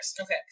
Okay